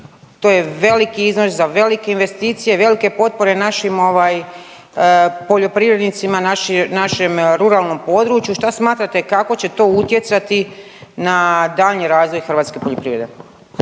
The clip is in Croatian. to je veliki iznos za velike investicije, velike potpore našim ovaj poljoprivrednicima, našem ruralnom području. Šta smatrate kako će to utjecati na daljnji razvoj hrvatske poljoprivrede.